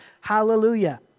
Hallelujah